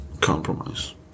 Compromise